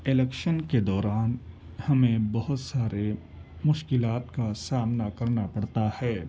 election کے دوران ہمیں بہت سارے مشکلات کا سامنا کرنا پڑتا ہے